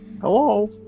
Hello